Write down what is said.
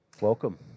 Welcome